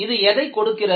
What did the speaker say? இது எதைக் கொடுக்கிறது